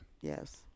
Yes